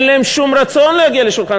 אין להם שום רצון להגיע לשולחן